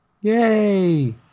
Yay